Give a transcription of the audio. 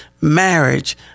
marriage